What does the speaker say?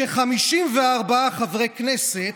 כנסת